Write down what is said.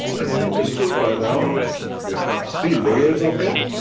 and you understood by now you have three layers of it.